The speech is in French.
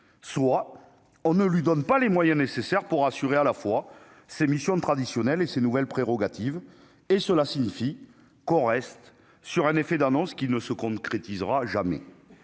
soit on ne lui donne pas les moyens nécessaires pour assurer à la fois ses missions traditionnelles et ces nouvelles prérogatives et cela signifie qu'on reste sur un effet d'annonce qui ne se concrétisera jamais